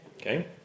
Okay